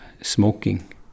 smoking